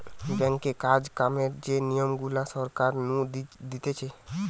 ব্যাঙ্কে কাজ কামের যে নিয়ম গুলা সরকার নু দিতেছে